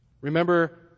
Remember